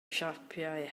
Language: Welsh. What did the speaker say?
siapau